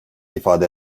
ifade